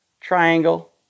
triangle